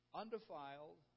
undefiled